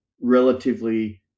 relatively